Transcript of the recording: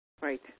Right